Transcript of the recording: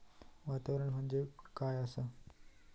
वातावरण म्हणजे काय असा?